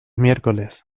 miércoles